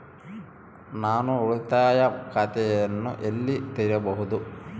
ನಾನು ಉಳಿತಾಯ ಖಾತೆಯನ್ನು ಎಲ್ಲಿ ತೆರೆಯಬಹುದು?